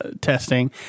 testing